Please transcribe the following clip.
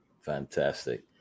Fantastic